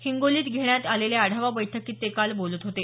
हिंगोलीत घेण्यात आलेल्या आढावा बैठकीत ते काल बोलत होते